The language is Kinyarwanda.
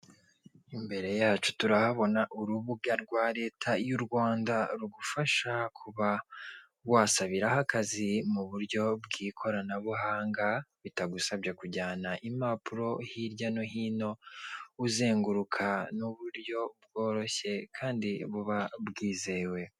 Imbere yacu turahabona urubuga rwa leta y'u rwanda, rugufasha kuba wasabiraho akazi mu buryo bw'ikoranabuhanga, bitagusabye kujyana impapuro hirya no hino, uzenguruka n'uburyo bworoshye kandi buba bwizewe.